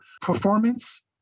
performance